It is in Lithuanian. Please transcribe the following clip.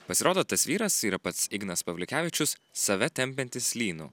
pasirodo tas vyras yra pats ignas pavliukevičius save tempiantis lynu